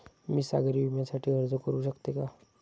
मी सागरी विम्यासाठी अर्ज करू शकते का?